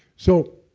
so,